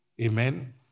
Amen